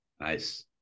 Nice